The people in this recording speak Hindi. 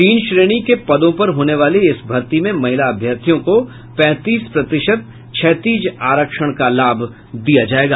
तीन श्रेणी के पदों पर होने वाली इस भर्ती में महिला अभ्यर्थियों को पैंतीस प्रतिशत क्षैतिज आरक्षण का लाभ दिया जायेगा